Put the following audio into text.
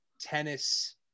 tennis